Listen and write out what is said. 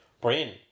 brain